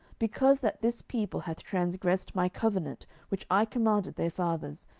because that this people hath transgressed my covenant which i commanded their fathers,